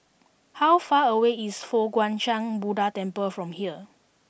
how far away is Fo Guang Shan Buddha Temple from here